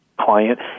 client